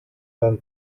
sein